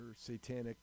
satanic